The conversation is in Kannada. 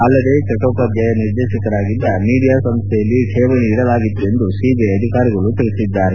ಅಲ್ಲದೇ ಚಟ್ಟೋಪಾಧ್ಯಾಯ ನಿರ್ದೇಶಕರಾಗಿದ್ದ ಮೀಡಿಯಾ ಸಂಸ್ಥೆಯಲ್ಲಿ ಠೇವಣಿ ಇಡಲಾಗಿತ್ತು ಎಂದು ಸಿಬಿಐ ಅಧಿಕಾರಿಗಳು ತಿಳಿಸಿದ್ದಾರೆ